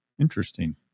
Interesting